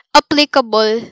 applicable